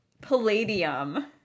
palladium